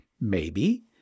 Maybe